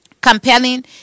compelling